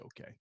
okay